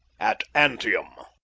at antium.